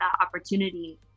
opportunity